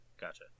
gotcha